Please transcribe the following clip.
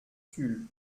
tulle